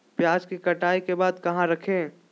प्याज के कटाई के बाद कहा रखें?